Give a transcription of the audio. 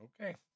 Okay